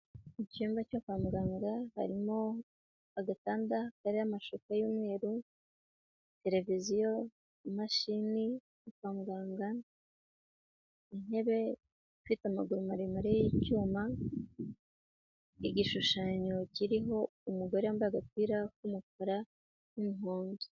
Icyumba cyo kwa muganga harimo agatanda kariho amashusho y'umweru, televiziyo, imashini yo kwa muganga, intebe ifite amaguru maremare y'icyuma, igishushanyo kiriho umugore wambaye agapira k'umukara n'umuhondo.